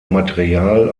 material